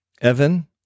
Evan